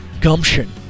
gumption